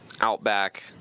Outback